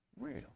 real